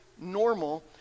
normal